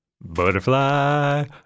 Butterfly